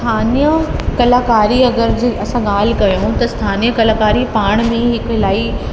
स्थानीअ कलाकारी अगरि जी असां ॻाल्हि कयूं त स्थानीअ कलाकारी पाण में हिकु इलाही